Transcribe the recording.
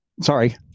sorry